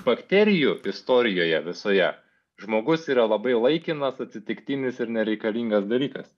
bakterijų istorijoje visoje žmogus yra labai laikinas atsitiktinis ir nereikalingas dalykas